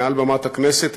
מעל במת הכנסת,